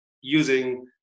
using